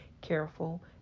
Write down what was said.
careful